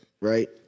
right